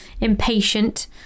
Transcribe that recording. impatient